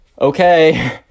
okay